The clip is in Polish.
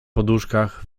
poduszkach